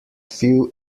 few